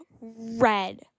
red